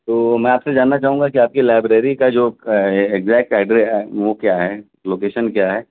تو میں آپ سے جاننا چاہوں گا کہ آپ کی لائبریری کا جو ایگزیکٹ ایڈرے وہ کیا ہے لوکیشن کیا ہے